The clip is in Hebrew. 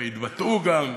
והתבטאו גם,